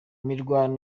mirwano